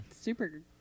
Super